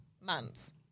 months